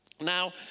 Now